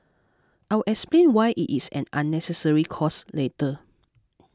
I'll explain why it is an unnecessary cost later